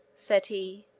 said he.